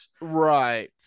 Right